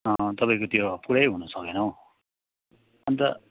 तपाईँको त्यो पुरै हुन सकेन हौ अनि त